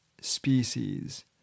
species